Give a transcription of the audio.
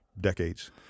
decades